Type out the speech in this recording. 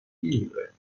میمیره